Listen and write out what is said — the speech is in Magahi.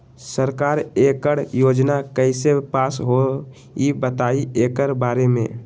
सरकार एकड़ योजना कईसे पास होई बताई एकर बारे मे?